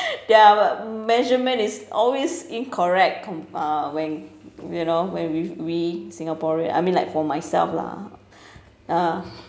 their measurement is always incorrect com~ uh when you know when we we singaporean I mean like for myself lah ah